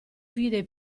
vide